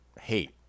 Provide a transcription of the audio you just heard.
hate